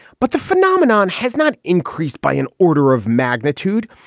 but the phenomenon has not increased by an order of magnitude.